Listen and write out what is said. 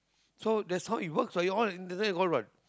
so that's how it works what you all internet got what